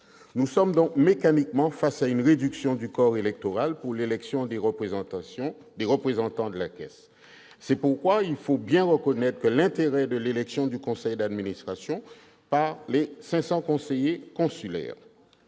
Ces dispositions induisent une réduction mécanique du corps électoral pour l'élection des représentants de la Caisse. C'est pourquoi il faut bien reconnaître l'intérêt de l'élection du conseil d'administration par les 500 conseillers consulaires.